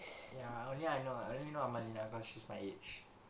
ya only I know ah only know of malinah cause she's my age